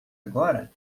agora